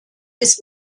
ist